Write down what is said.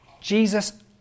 Jesus